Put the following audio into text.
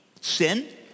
sin